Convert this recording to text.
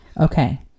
Okay